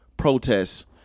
protests